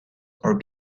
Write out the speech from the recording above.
are